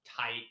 tight